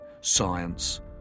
science